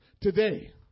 today